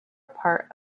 part